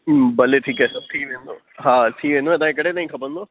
हूं भले ठीकु आहे सर थी वेंदो हा थी वेंदव तव्हांखे कॾहिं ताईं खपंदो